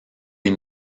des